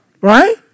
Right